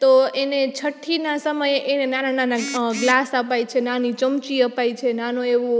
તો એને છઠ્ઠીના સમયે એને નાના નાના ગ્લાસ અપાય છે નાની ચમચી અપાય છે નાનું એવું